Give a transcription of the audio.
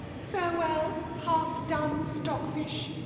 farewell, half-done stockfish!